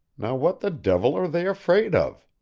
now what the devil are they afraid of?